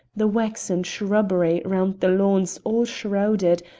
the waxen shrubbery round the lawns all shrouded,